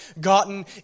gotten